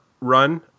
run